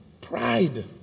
pride